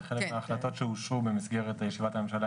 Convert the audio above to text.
זה חלק מההחלטות שאושרו במסגרת ישיבת הממשלה